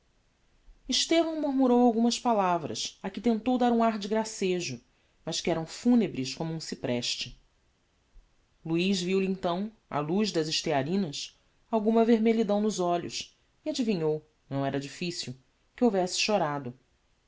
commigo estevão murmurou algumas palavras a que tentou dar um ar de gracejo mas que eram funebres como um cypreste luiz viu lhe então á luz das estearinas alguma vermelhidão nos olhos e adivinhou não era difficil que houvesse chorado